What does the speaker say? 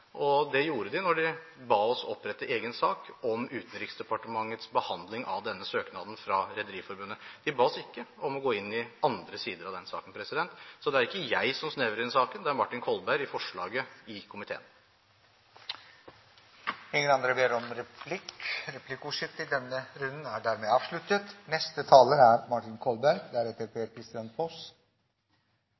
Det gjorde de da de ba oss opprette egen sak om Utenriksdepartementets behandling av denne søknaden fra Rederiforbundet. De ba oss ikke om å gå inn i andre sider av denne saken. Så det er ikke jeg som snevrer inn saken, det er Martin Kolberg i forslaget i komiteen. Replikkordskiftet er avsluttet. Det er riktig som saksordføreren sa i